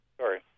Sorry